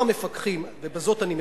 אני מסיים.